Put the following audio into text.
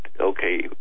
okay